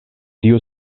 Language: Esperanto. tiu